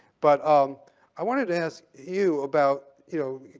but um i wanted to ask you about, you know,